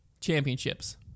Championships